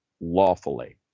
lawfully